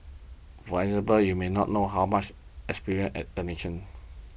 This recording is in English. for example you may not know how much experienced at technicians